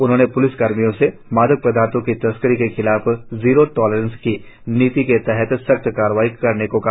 उन्होंने प्लिस कर्मियों से मादक पदार्थो की तस्करी के खिलाफ जीरो टॉलरेंस की नीति के तहत सख्त कार्रवाई करने को कहा